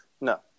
No